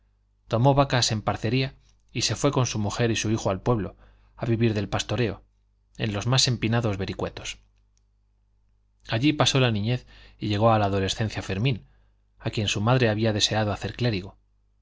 tomó vacas en parcería y se fue con su mujer y su hijo a su pueblo a vivir del pastoreo en los más empinados vericuetos allí pasó la niñez y llegó a la adolescencia fermín a quien su madre había deseado hacer clérigo